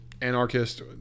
anarchist